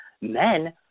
Men